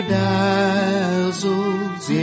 dazzles